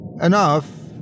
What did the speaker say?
Enough